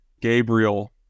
Gabriel